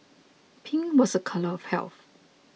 pink was a colour of health